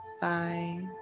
five